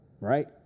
right